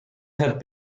had